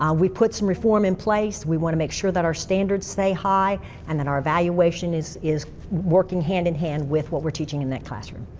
we put some reform in place. we want to make sure that our standards stay high and that our evaluation is is working hand in hand with what we're teaching in that classroom.